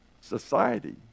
society